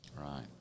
Right